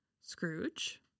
Scrooge